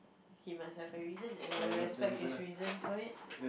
he must have a reason and I will respect his reason for it